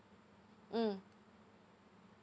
mm